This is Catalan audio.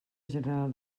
general